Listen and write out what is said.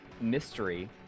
mystery